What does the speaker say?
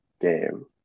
game